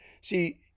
see